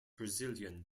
brazilian